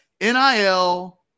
nil